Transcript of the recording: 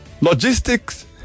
Logistics